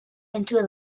into